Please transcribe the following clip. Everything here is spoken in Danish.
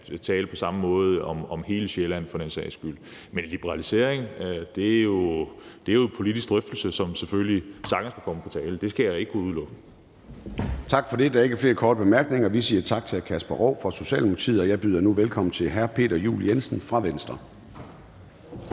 taler om i dag, på hele Sjælland. Men liberalisering er jo en politisk drøftelse, som selvfølgelig sagtens kan komme på tale. Det skal jeg ikke kunne udelukke. Kl. 10:07 Formanden (Søren Gade): Tak for det. Der er ikke flere korte bemærkninger. Vi siger tak til hr. Kasper Roug fra Socialdemokratiet, og jeg byder nu velkommen til hr. Peter Juel-Jensen fra Venstre.